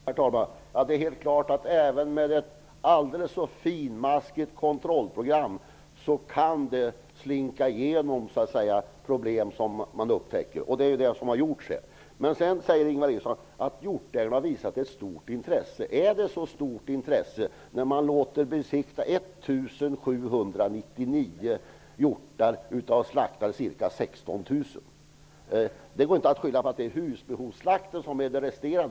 Herr talman! Det är helt klart att det även med ett aldrig så finmaskigt kontrollprogram kan slinka igenom problem, som man sedan upptäcker. Det är det som har hänt här. Ingvar Eriksson säger att hjortägarna har visat ett stort intresse. Är det så stort, när de låter besiktiga 1 799 hjortar av ca 16 000 slaktade? Det går inte att skylla på att resterande är husbehovsslakt.